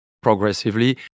progressively